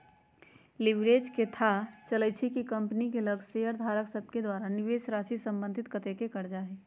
leverage से थाह चलइ छइ कि कंपनी के लग शेयरधारक सभके द्वारा निवेशराशि संबंधित कतेक करजा हइ